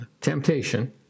temptation